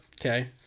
Okay